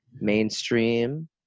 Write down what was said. mainstream